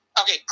Okay